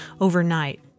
overnight